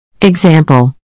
Example